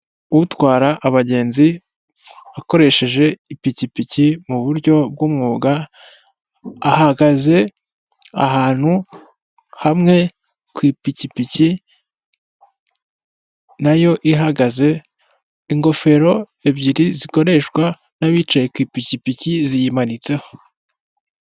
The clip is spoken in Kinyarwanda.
Utwara abagenzi akoresheje ipikipiki mu buryo bw'umwuga ahagaze ahantu hamwe ku ipikipiki nayo ihagaze, ingofero ebyiri zikoreshwa n'abicaye ku ipikipiki ziyimanitseho.